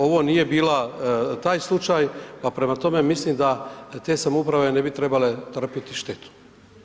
Ovo nije bila taj slučaj, pa prema tome, mislim da te samouprave ne bi trebale trpjeti štetu.